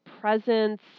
presence